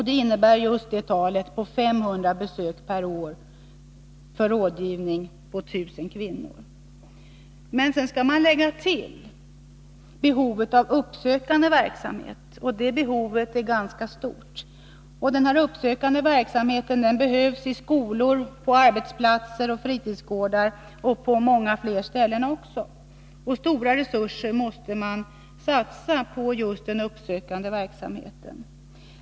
Det innebär just siffran 500 besök per år för rådgivning per 1 000 fertila kvinnor. Därtill kommer behovet av uppsökande verksamhet i skolor, på arbetsplatser, fritidsgårdar och flera andra ställen. Stora resurser måste satsas på just denna uppsökande verksamhet.